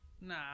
Nah